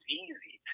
easy